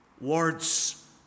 words